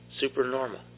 supernormal